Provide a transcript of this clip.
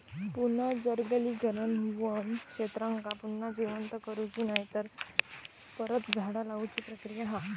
पुनर्जंगलीकरण वन क्षेत्रांका पुन्हा जिवंत करुची नायतर परत झाडा लाऊची प्रक्रिया हा